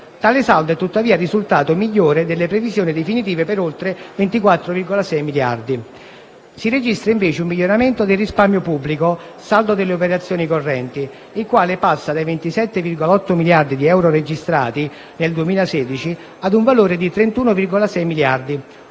Tale saldo è tuttavia risultato migliore delle previsioni definitive per oltre 24,6 miliardi di euro. Si registra, invece, un miglioramento del risparmio pubblico (saldo delle operazioni correnti), il quale passa dai 27,8 miliardi di euro registrati nel 2016 a un valore di 31,6 miliardi